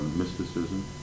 mysticism